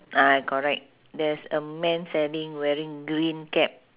ah correct there's a man selling wearing green cap